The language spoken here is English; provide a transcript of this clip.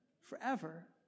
forever